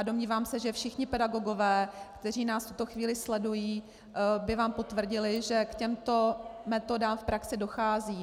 Domnívám se, že všichni pedagogové, kteří nás v tuto chvíli sledují, by vám potvrdili, že k těmto metodám v praxi dochází.